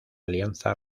alianza